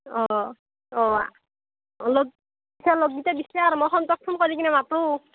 অঁ অঁ অঁ লগ সেয়া লগ কিটা বিচাৰ মই সন্তক ফোন কৰি কিনে মাতো